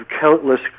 countless